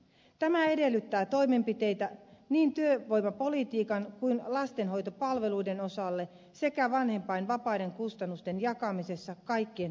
tämä edellyttää toimenpiteitä niin työvoimapolitiikan kuin lastenhoitopalveluiden osalle sekä vanhempainvapaiden kustannusten jakamisessa kaikkien työnantajien kesken